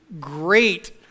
great